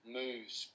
moves